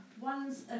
One's